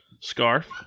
scarf